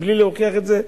בלי להוכיח את זה,